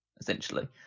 essentially